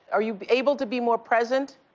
are you able to be more present?